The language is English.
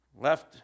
Left